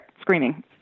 screaming